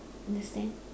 understand